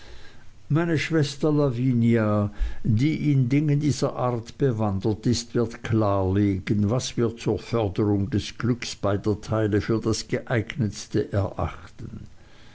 meine schwester lavinia die in dingen dieser art bewandert ist wird klar legen was wir zur förderung des glückes beider teile für das geeignetste erachten